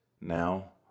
now